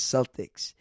Celtics